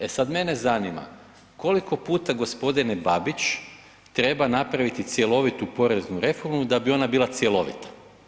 E sad, mene zanima, koliko puta g. Babić treba napraviti cjelovitu poreznu reformu da bi ona bila cjelovita?